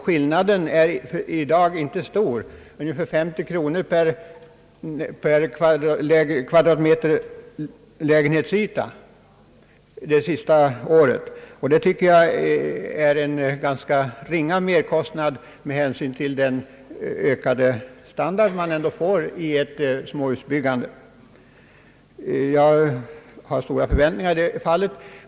Skillnaden i dag är inte så stor, ungefär 50 kronor per kvadratmeter lägenhetsyta under det senaste året. Det tycker jag är en ganska ringa merkostnad med hänsyn till den högre standard man ändå får i ett småhus. Jag har stora förväntningar i detta fall.